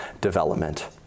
development